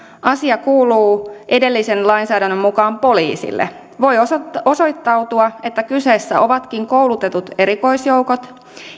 asia kuuluu edellisen lainsäädännön mukaan poliisille voi osoittautua osoittautua että kyseessä ovatkin koulutetut erikoisjoukot